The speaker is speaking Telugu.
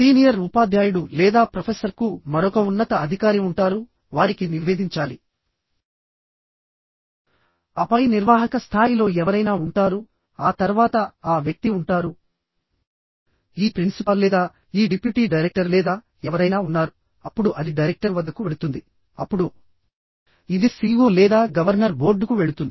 సీనియర్ ఉపాధ్యాయుడు లేదా ప్రొఫెసర్కు మరొక ఉన్నత అధికారి ఉంటారు వారికి నివేదించాలి ఆపై నిర్వాహక స్థాయిలో ఎవరైనా ఉంటారు ఆ తర్వాత ఆ వ్యక్తి ఉంటారు ఈ ప్రిన్సిపాల్ లేదా ఈ డిప్యూటీ డైరెక్టర్ లేదా ఎవరైనా ఉన్నారు అప్పుడు అది డైరెక్టర్ వద్దకు వెళుతుంది అప్పుడు ఇది సిఈఓ లేదా గవర్నర్ బోర్డుకు వెళుతుంది